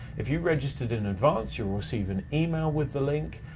if you registered in advance, you'll receive an email with the link,